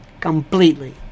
completely